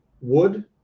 wood